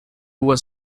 was